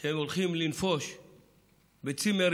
שכשהם הולכים לנפוש בצימרים,